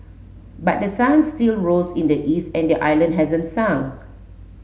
but the sun still rose in the east and the island hasn't sunk